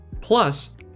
Plus